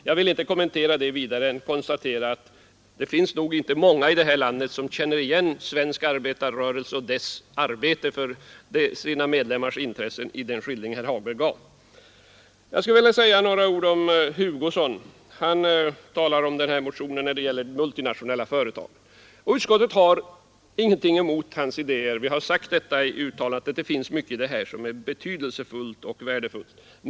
Jag vill inte kommentera det vidare än genom att konstatera att det nog inte finns många här i landet som känner igen svensk arbetarrörelse och dess arbete för sina medlemmars intressen i den skildring herr Hagberg gav. Jag skulle vilja säga några ord till herr Hugosson. Han talar om motionen beträffande multinationella företag. Utskottet har ingenting emot hans idéer — vi har sagt i betänkandet att det finns mycket här som är betydelsefullt och värdefullt.